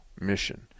mission